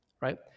Right